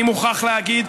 אני מוכרח להגיד,